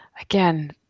again